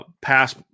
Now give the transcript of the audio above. pass